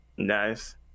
Nice